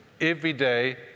Everyday